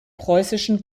preußischen